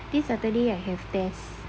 this saturday I have tests